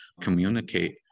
communicate